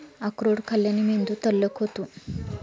अक्रोड खाल्ल्याने मेंदू तल्लख होतो